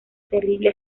terrible